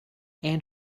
and